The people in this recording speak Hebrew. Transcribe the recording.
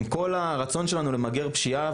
עם כל הרצון שלנו למגר פשיעה,